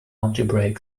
algebraic